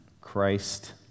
Christ